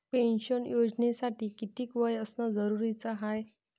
Pension योजनेसाठी कितीक वय असनं जरुरीच हाय?